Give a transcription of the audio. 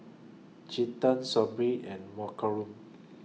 Chetan Sudhir and